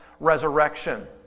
resurrection